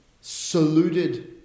saluted